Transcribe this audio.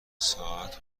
ساعت